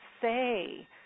say